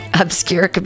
Obscure